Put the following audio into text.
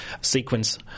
sequence